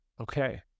Okay